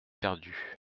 perdue